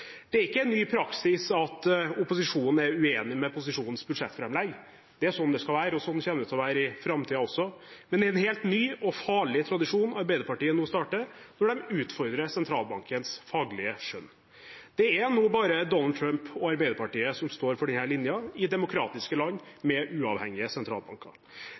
Det er ikke en ny praksis at opposisjonen er uenig i posisjonens budsjettframlegg. Det er sånn det skal være, og sånn kommer det til å være i framtiden også. Men det er en helt ny og farlig tradisjon Arbeiderpartiet nå starter når de utfordrer sentralbankens faglige skjønn. Det er nå bare Donald Trump og Arbeiderpartiet som står for denne linjen i demokratiske land med uavhengige sentralbanker.